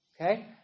Okay